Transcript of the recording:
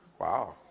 wow